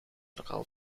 nogal